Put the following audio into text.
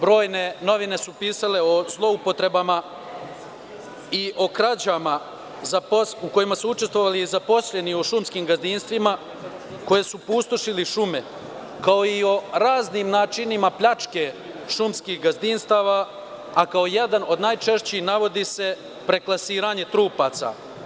Brojne novine su pisale o zloupotrebama i o krađama, u kojima su učestvovali zaposleni u šumskim gazdinstvima, koji su pustošili šume, kao i o raznim načinima pljačke šumskih gazdinstava, a kao jedan od najčešćih navodi se preklasiranje trupaca.